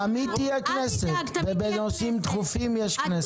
תמיד תהיה כנסת, ובנושאים דחופים יש כנסת.